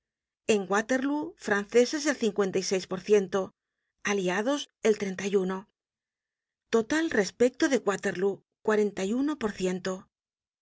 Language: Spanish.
en waterlóo franceses el cincuenta y seis por ciento aliados el treinta y uno total respecto de waterlóo cuarenta y uno por ciento